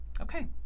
Okay